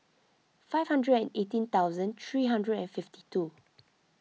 five hundred and eighteen thousand three hundred and fifty two